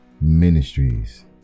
Ministries